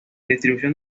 distribución